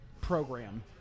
program